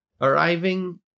arriving